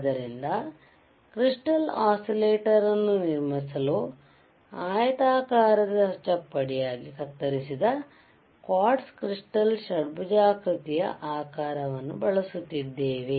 ಆದ್ದರಿಂದಕೃಸ್ಟಾಲ್ oscillator ಅನ್ನು ನಿರ್ಮಿಸಲು ಆಯತಾಕಾರದ ಚಪ್ಪಡಿಯಾಗಿ ಕತ್ತರಿಸಿದ ಕ್ವಾರ್ಟ್ಜ್ ಕ್ರಿಸ್ಟಾಲ್ ಷಡ್ಭುಜಾಕೃತಿಯ ಆಕಾರವನ್ನು ಬಳಸುತ್ತಿದ್ದೇವೆ